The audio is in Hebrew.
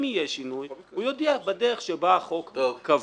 אם יהיה שינוי, הוא יודע בדרך שבה החוק קבע.